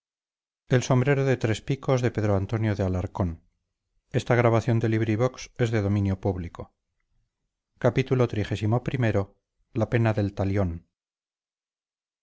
su sombrero de tres picos y por lo vistoso de